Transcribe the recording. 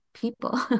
people